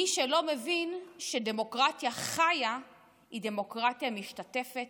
מי שלא מבין שדמוקרטיה חיה היא דמוקרטיה משתתפת,